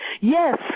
Yes